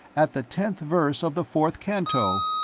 at the tenth verse of the fourth canto.